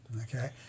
Okay